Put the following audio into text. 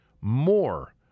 more